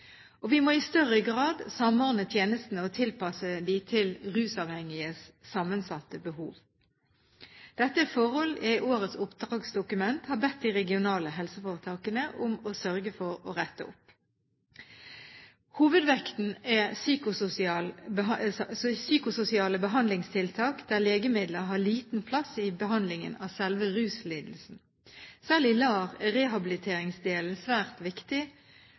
Vi må i større grad samordne tjenestene og tilpasse dem til rusavhengiges sammensatte behov. Dette er forhold jeg i årets oppdragsdokument har bedt de regionale helseforetakene om å sørge for å rette opp. Hovedvekten er psykososiale behandlingstiltak der legemidler har liten plass i behandlingen av selve ruslidelsen. Selv i LAR er rehabiliteringsdelen svært viktig